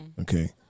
Okay